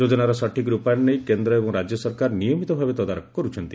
ଯୋଜନାର ସଠିକ୍ ରୂପାୟନ ନେଇ କେନ୍ଦ୍ର ଏବଂ ରାଜ୍ୟ ସରକାର ନିୟମିତ ଭାବେ ତଦାରଖ କରୁଛନ୍ତି